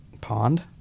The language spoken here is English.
pond